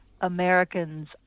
Americans